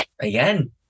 Again